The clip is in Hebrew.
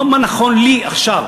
לא מה נכון לי עכשיו,